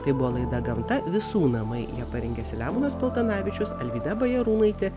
tai buvo laida gamta visų namai ją parengė selemonas paltanavičius alvyda bajarūnaitė